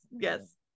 yes